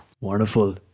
Wonderful